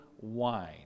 wine